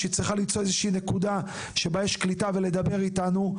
והיא צריכה למצוא נקודה שבה יש קליטה ולדבר איתנו.